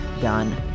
done